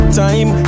time